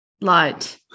light